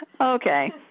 Okay